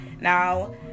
Now